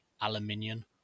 aluminium